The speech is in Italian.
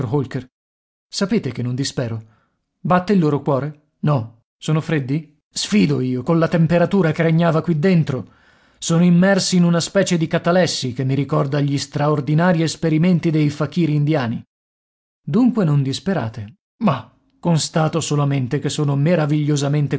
holker sapete che non dispero batte il loro cuore no sono freddi sfido io colla temperatura che regnava qui dentro sono immersi in una specie di catalessi che mi ricorda gli straordinari esperimenti dei fakiri indiani dunque non disperate mah constato solamente che sono meravigliosamente